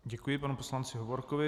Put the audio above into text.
Děkuji panu poslanci Hovorkovi.